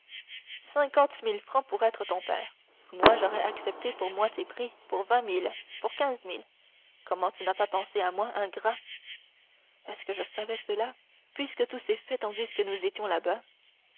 mille francs pour être ton père moi j'aurais accepté pour moitié prix pour vingt mille pour quinze mille comment tu n'as pas pensé à moi est-ce que je savais cela puisque tout s'est fait tandis que nous étions là-bas